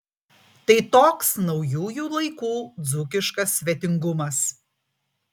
tai toks naujųjų laikų dzūkiškas svetingumas